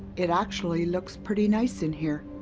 it actually looks pretty nice in here.